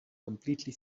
completely